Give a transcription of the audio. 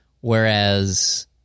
whereas